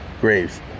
graves